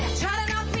chaka